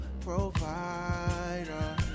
provider